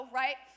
right